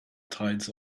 tides